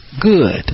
good